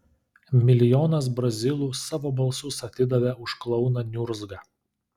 milijonas brazilų savo balsus atidavė už klouną niurzgą